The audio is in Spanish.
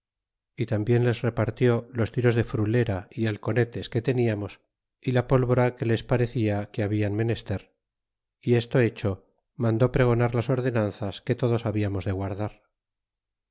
y tambien les repartió los tiros de frutera é hal conetes que tentamos y a pólvora que les parecia qtie habido menester y esto hecho mandó pregonar las ordenanzas que todos habiamos de guardar